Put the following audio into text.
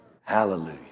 Hallelujah